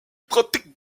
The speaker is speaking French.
pratiques